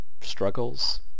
struggles